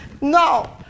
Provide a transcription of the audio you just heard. No